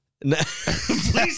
please